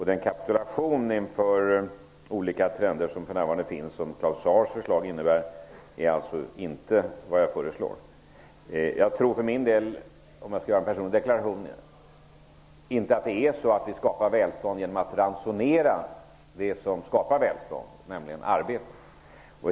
Den kapitulation inför olika trender som för närvarande kan noteras och som Claus Zaars förslag innebär är inte något som jag accepterar. Om jag skall göra en personlig deklaration, tror jag inte att vi kan skapa välstånd genom att ransonera det som skapar välstånd, nämligen arbete.